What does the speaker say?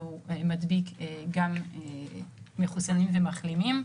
והוא מדביק גם מחוסנים ומחלימים.